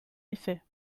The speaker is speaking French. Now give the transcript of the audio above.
effet